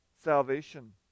salvation